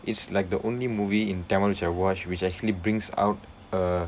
it's like the only movie in Tamil which I watch which actually brings out a